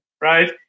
right